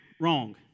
Wrong